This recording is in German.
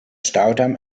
staudamm